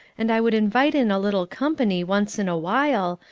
and i would invite in a little company once in a while,